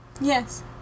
Yes